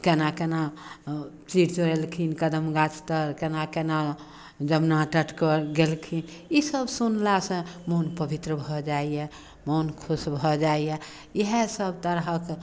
केना केना ओ छिछुएलखिन कदम्ब गाछतर केना केना यमुना तटपर गेलखिन इसभ सुनलासँ मोन पवित्र भऽ जाइए मोन खुश भऽ जाइए इएहसभ तरहक